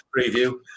preview